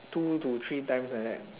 two to three times like that